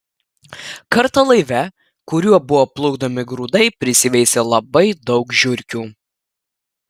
kartą laive kuriuo buvo plukdomi grūdai prisiveisė labai daug žiurkių